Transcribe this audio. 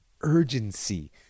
urgency